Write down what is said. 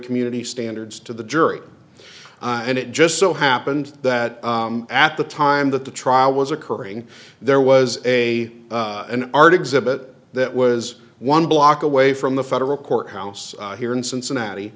community standards to the jury and it just so happened that at the time that the trial was occurring there was a an art exhibit that was one block away from the federal courthouse here in cincinnati